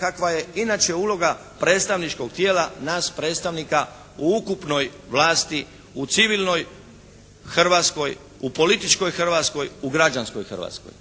kakva je inače uloga predstavničkog tijela nas predstavnika u ukupnoj vlasti u civilnoj Hrvatskoj, u političkoj Hrvatskoj, u građanskoj Hrvatskoj.